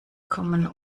kommen